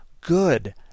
good